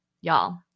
Y'all